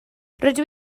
rydw